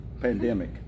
pandemic